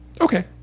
Okay